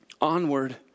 onward